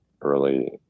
early